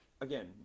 again